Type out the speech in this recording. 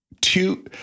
two